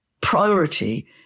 priority